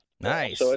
nice